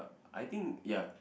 I think ya